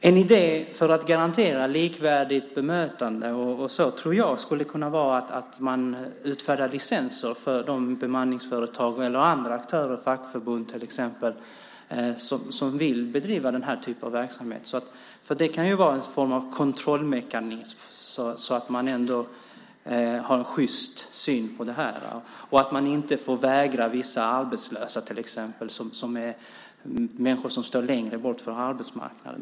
En idé för att garantera likvärdigt bemötande tror jag skulle kunna vara att man utfärdar licenser för de bemanningsföretag eller andra aktörer, fackförbund till exempel, som vill bedriva den här typen av verksamhet. Det kan ju vara en form av kontrollmekanism när det gäller att man har en sjyst syn på det här och att man inte får vägra vissa arbetslösa, till exempel människor som står längre bort från arbetsmarknaden.